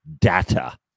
data